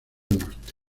norte